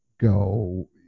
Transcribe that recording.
go